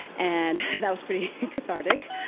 and that was pretty cathartic.